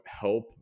help